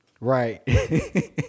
right